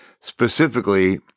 specifically